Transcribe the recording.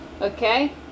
Okay